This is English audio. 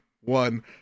one